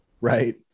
Right